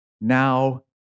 now